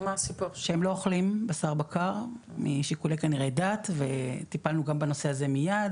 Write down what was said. שהם לא אוכלים בשר בקר משיקולי כנראה דת וטיפלנו גם בנושא הזה מייד.